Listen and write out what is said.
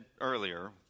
earlier